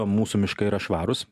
mūsų miškai yra švarūs